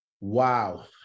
Wow